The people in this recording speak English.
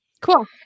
Cool